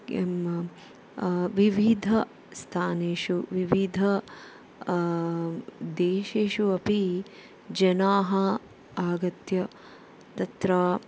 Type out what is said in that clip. किं विविधस्थानेषु विविध देशेषु अपि जनाः आगत्य तत्र